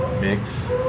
mix